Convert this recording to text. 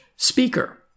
speaker